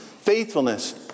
faithfulness